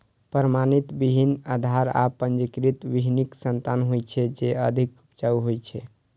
प्रमाणित बीहनि आधार आ पंजीकृत बीहनिक संतान होइ छै, जे अधिक उपजाऊ होइ छै